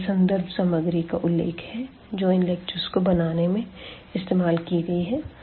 तो यह संदर्भ सामग्री का उल्लेख है जो इन लेक्चर्स को बनाने में इस्तेमाल की गई है